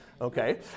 Okay